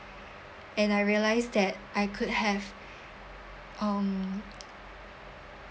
and I realised that I could have um